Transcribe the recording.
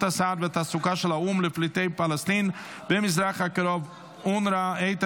הסעד והתעסוקה של האו"ם לפליטי פלסטין במזרח הקרוב (אונר"א)),